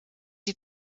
die